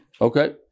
Okay